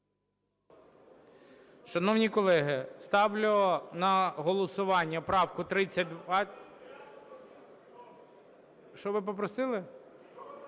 Шановні колеги, ставлю на голосування правку 3020… Що ви попросили?